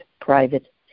private